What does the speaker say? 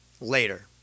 Later